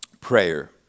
prayer